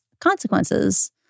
consequences